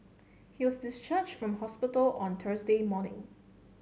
he was discharged from hospital on Thursday morning